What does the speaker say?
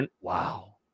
Wow